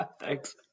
Thanks